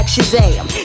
Shazam